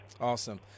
awesome